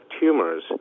tumors